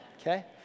okay